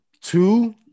Two